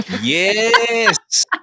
Yes